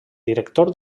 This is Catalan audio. director